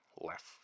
left